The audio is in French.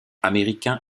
américain